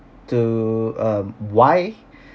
to um why